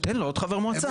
תן לו עוד חבר מועצה.